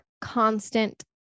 constant